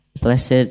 Blessed